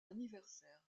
anniversaire